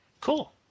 Cool